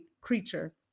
creature